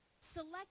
Select